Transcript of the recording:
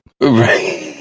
Right